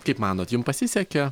kaip manot jum pasisekė